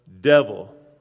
devil